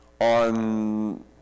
on